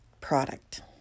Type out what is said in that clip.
product